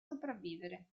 sopravvivere